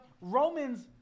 Romans